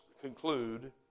conclude